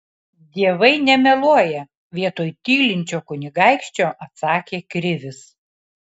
dievai nemeluoja vietoj tylinčio kunigaikščio atsakė krivis